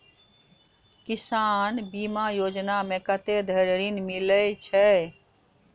किसान बीमा योजना मे कत्ते धरि ऋण मिलय छै?